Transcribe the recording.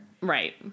Right